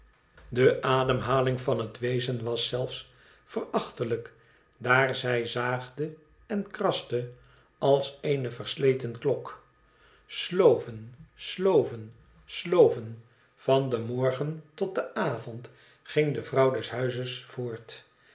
de ademhaling van het wezen was zélfs verachtelijk daar zij zaagde en kraste als eene versleten klok sloven sloven sloven van den morgen tot den avond ging de vrouw des huizes voort